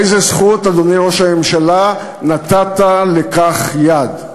באיזה זכות, אדוני ראש הממשלה, נתת לכך יד?